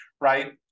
right